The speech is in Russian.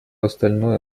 остальное